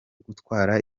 gutwara